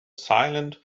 silent